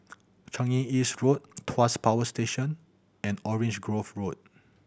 Changi East Road Tuas Power Station and Orange Grove Road